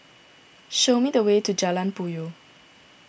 show me the way to Jalan Puyoh